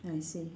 I see